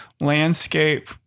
Landscape